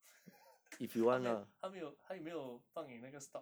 他没有他没有他有没有放 in 那个 stock